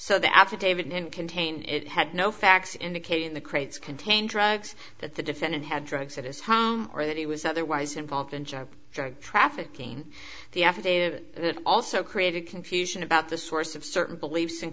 so the affidavit and contain it had no facts indicating the crates contained drugs that the defendant had drugs at his home or that he was otherwise involved in drug trafficking the affidavit also created confusion about the source of certain beliefs and